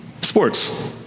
Sports